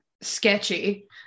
sketchy